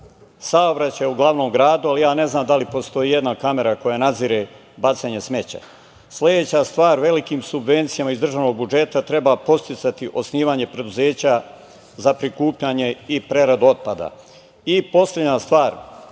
saobraćaj u glavnom gradu, ali ja ne znam da li postoji i jedna kamera koja nadzire bacanje smeća. Sledeća stvar, velikim subvencijama iz državnog budžeta treba podsticati osnivanje preduzeća za prikupljanje i preradu otpada. Poslednja stvar